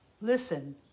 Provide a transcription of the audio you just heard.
listen